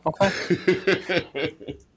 Okay